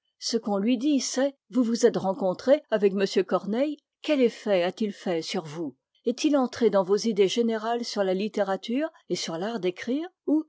ce qu'on lui dit c'est vous vous êtes rencontré avec m corneille quel effet a-t-il fait sur vous est-il entré dans vos idées générales sur la littérature et sur l'art d'écrire